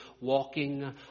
walking